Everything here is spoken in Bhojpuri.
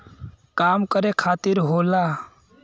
काम करे खातिर होला